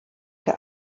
der